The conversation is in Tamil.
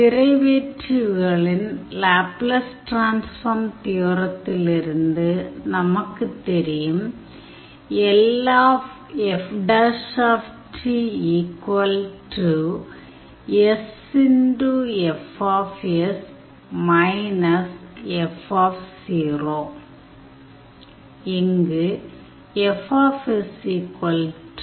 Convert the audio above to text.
டிரைவேட்டிவ்களின் லேப்லஸ் டிரான்ஸ்ஃபார்ம் தியோரத்திலிருந்து நமக்குத் தெரியும் இங்கு fsLFt